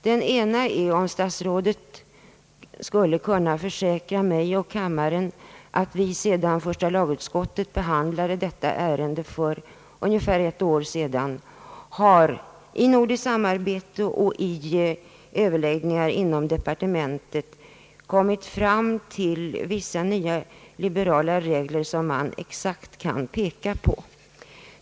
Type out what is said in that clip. Den ena är om statsrådet skulle kunna försäkra mig och kammaren att man, sedan första lagutskottet behandlade detta ärende för ungefär ett år sedan, i nordiskt samarbete och vid överläggningar inom departementet har kommit fram till vissa nya liberala regler som man direkt kan peka på.